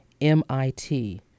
MIT